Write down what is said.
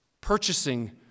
purchasing